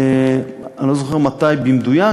אני לא זוכר מתי במדויק,